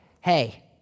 hey